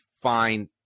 find